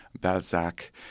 Balzac